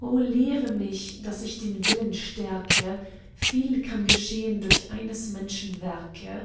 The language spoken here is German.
o lehre mich daß ich den willen stärke viel kann geschehn durch eines menschen werke